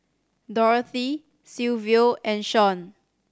Dorathy Silvio and Shaun